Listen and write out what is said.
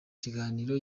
kiganiro